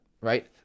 right